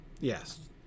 Yes